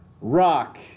rock